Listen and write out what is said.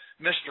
Mr